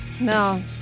No